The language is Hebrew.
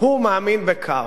הוא מאמין בכאוס.